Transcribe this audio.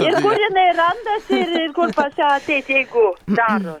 ir kur jinai randasi ir ir ir kur pas ją ateit jeigu daro